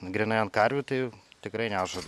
grynai ant karvių tai tikrai nežadu